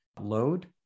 load